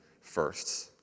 firsts